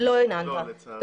לא, לצערי.